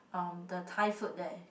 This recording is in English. uh the Thai food there